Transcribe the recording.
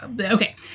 Okay